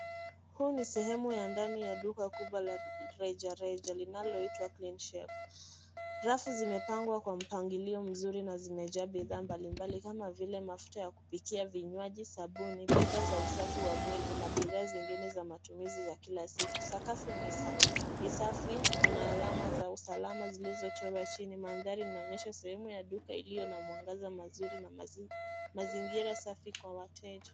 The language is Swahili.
Huu ni sehemu ya ndani ya duka kubwa la rejareja linaloitwa cleanshelf. Rafu zimepangwa kwa mpangilio mzuri na zimejaa bidhaa mbalimbali kama vile mafuta ya kupikia, vinywaji sabuni, bidhaa za usafi wa mwili na bidhaa zingine za matumizi za kila siku. Sakafu ni safi, kuna alama za usalama zilizochorwa chini manthari inaonyesha sehemu ya duka ilio na mwangaza mzuri na mazingira safi kwa wateja.